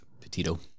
Petito